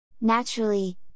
Naturally